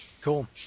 Cool